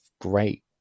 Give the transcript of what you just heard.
great